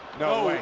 no way,